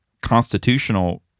constitutional